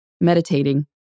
meditating